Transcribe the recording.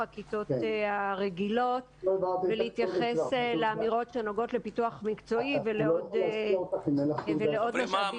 הכיתות הרגילות ולהתייחס לאמירות שנוגעות לפיתוח מקצועי ולעוד משאבים.